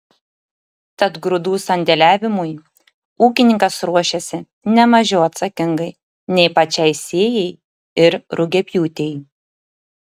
tad grūdų sandėliavimui ūkininkas ruošiasi ne mažiau atsakingai nei pačiai sėjai ir rugiapjūtei